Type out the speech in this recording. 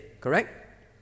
correct